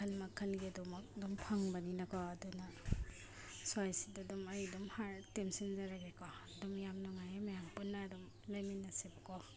ꯃꯈꯜ ꯃꯈꯜꯒꯤ ꯑꯗꯨꯃꯛ ꯑꯗꯨꯝ ꯐꯪꯕꯅꯤꯅꯀꯣ ꯑꯗꯨꯅ ꯁ꯭ꯋꯥꯏꯁꯤꯗ ꯑꯗꯨꯝ ꯑꯩ ꯑꯗꯨꯝ ꯍꯥꯏꯔ ꯇꯦꯟꯁꯤꯟꯖꯔꯒꯦꯀꯣ ꯑꯗꯨꯝ ꯌꯥꯝ ꯅꯨꯡꯉꯥꯏꯌꯦ ꯃꯌꯥꯝ ꯄꯨꯟꯅ ꯑꯗꯨꯝ ꯂꯩꯃꯤꯟꯅꯁꯦꯕꯀꯣ